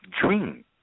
dream